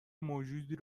موجودی